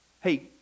hey